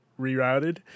rerouted